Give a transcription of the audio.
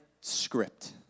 script